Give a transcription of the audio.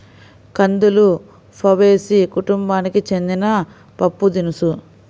కందులు ఫాబేసి కుటుంబానికి చెందిన పప్పుదినుసు